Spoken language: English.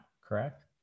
Correct